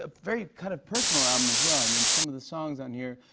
ah very kind of personal album, as well. i mean, some of the songs on here,